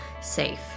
safe